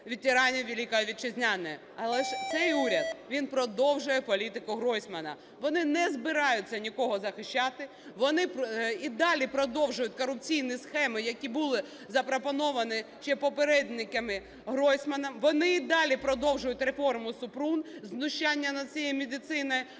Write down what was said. ветеранів Великої Вітчизняної. Але ж цей уряд він продовжує політику Гройсмана. Вони не збираються нікого захищати, вони і далі продовжують корупційні схеми, які були запропоновані ще попередниками Гройсмана, вони і далі продовжують реформу Супрун, знущання над всією медициною,